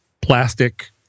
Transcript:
plastic